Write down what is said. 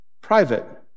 private